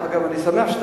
אני שמח.